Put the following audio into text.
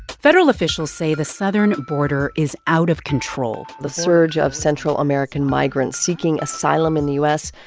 federal officials say the southern border is out of control the surge of central american migrants seeking asylum in the u s.